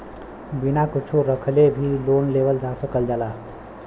बिना कुच्छो रखले भी लोन लेवल जा सकल जाला